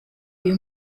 uyu